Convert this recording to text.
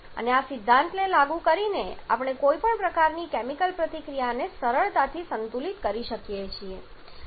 અને આ સિદ્ધાંતને લાગુ કરીને આપણે કોઈપણ પ્રકારની કેમિકલ પ્રતિક્રિયાને સરળતાથી સંતુલિત કરી શકીએ છીએ